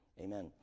amen